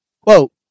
quote